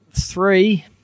three